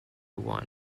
one